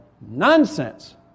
nonsense